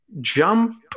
jump